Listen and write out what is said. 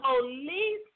police